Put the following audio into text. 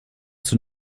zur